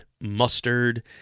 mustard